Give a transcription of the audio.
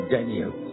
Daniel